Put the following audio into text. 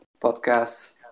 Podcasts